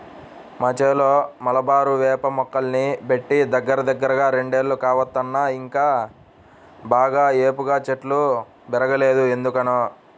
మా చేలో మలబారు వేప మొక్కల్ని బెట్టి దగ్గరదగ్గర రెండేళ్లు కావత్తన్నా ఇంకా బాగా ఏపుగా చెట్లు బెరగలేదు ఎందుకనో